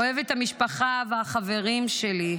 אוהב את המשפחה והחברים שלי,